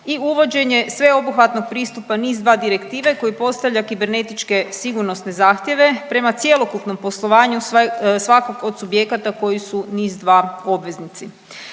i uvođenje sveobuhvatnog pristupa NIS2 Direktive koji postavlja kibernetičke sigurnosne zahtjeve prema cjelokupnom poslovanju svakog od subjekata koji su NIS2 obveznici.